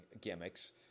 gimmicks